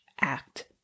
act